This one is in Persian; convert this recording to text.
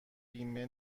بیمه